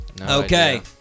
Okay